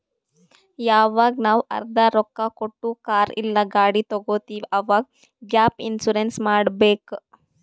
ಯವಾಗ್ ನಾವ್ ಅರ್ಧಾ ರೊಕ್ಕಾ ಕೊಟ್ಟು ಕಾರ್ ಇಲ್ಲಾ ಗಾಡಿ ತಗೊತ್ತಿವ್ ಅವಾಗ್ ಗ್ಯಾಪ್ ಇನ್ಸೂರೆನ್ಸ್ ಮಾಡಬೇಕ್